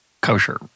kosher